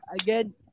again